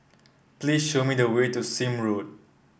please show me the way to Sime Road